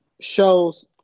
shows